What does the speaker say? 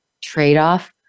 trade-off